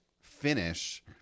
finish